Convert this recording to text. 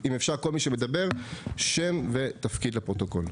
אם אפשר, כל מי שמדבר שם ותפקיד לפרוטוקול.